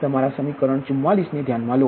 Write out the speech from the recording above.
તમારા સમીકરણ 44 ને ધ્યાનમાં લો